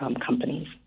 companies